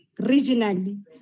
regionally